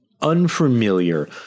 unfamiliar